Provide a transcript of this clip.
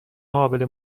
قابل